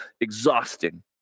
exhausting